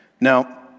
Now